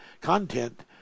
content